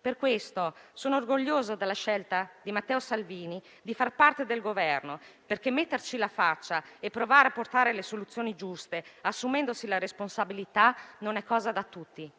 Per questo sono orgogliosa della scelta di Matteo Salvini di far parte del Governo perché metterci la faccia e provare a portare le soluzioni giuste, assumendosene la responsabilità, non è cosa da tutti.